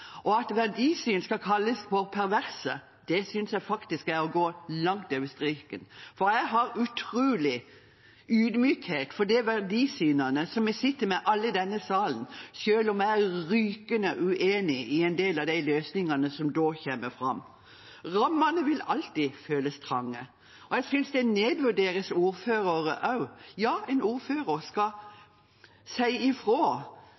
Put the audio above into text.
framover. At verdisyn kalles for perverse, er å gå langt over streken. Jeg er utrolig ydmyk overfor verdisynene vi alle i denne salen sitter med, selv om jeg er rykende uenig i en del av løsningene som kommer fram. Rammene vil alltid føles trange, og jeg synes man nedvurderer ordførerne også. En ordfører